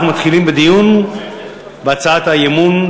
אנחנו מתחילים בדיון בהצעת האי-אמון,